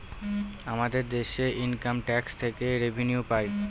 আমাদের দেশে income tax থেকে রেভিনিউ পাই